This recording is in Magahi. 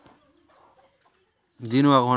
बैंक में केते पैसा है ना है कुंसम पता चलते हमरा?